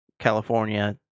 California